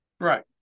Right